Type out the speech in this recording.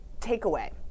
takeaway